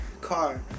car